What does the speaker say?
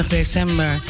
december